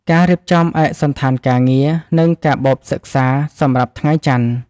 ការរៀបចំឯកសណ្ឋានការងារ និងកាបូបសិក្សាសម្រាប់ថ្ងៃច័ន្ទ។